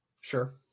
sure